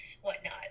whatnot